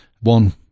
One